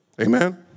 Amen